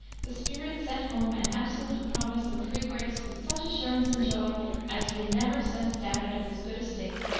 the spirit set home an absolute promise of free grace with such assurance and joy as he never since doubted of his good estate,